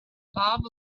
bob